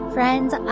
Friends